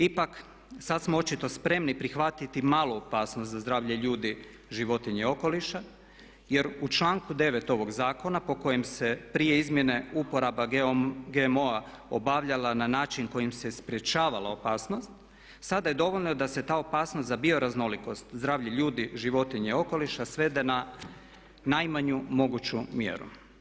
Ipak, sada smo očito spremni prihvatiti malu opasnost za zdravlje ljudi, životinja i okoliša jer u članku 9. ovog zakona po kojem se prije izmjene uporaba GMO-a obavljala na način kojim se sprječavala opasnost, sada je dovoljno da se ta opasnost za bioraznolikost, zdravlje ljudi, životinja i okoliša svede na najmanju moguću mjeru.